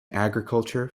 agriculture